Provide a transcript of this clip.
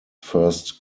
first